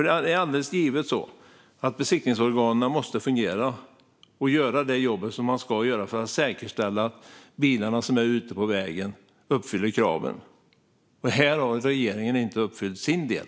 Det är alldeles givet så att besiktningsorganen måste fungera och göra det jobb som de ska göra för att säkerställa att de bilar som är ute på vägen uppfyller kraven. Men här har regeringen inte uppfyllt sin del.